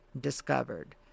discovered